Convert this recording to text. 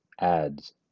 ads